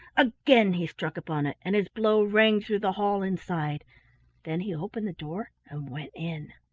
again he struck upon it, and his blow rang through the hall inside then he opened the door and went in.